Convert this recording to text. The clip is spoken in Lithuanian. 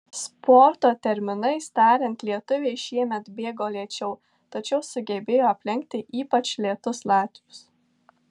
sporto terminais tariant lietuviai šiemet bėgo lėčiau tačiau sugebėjo aplenkti ypač lėtus latvius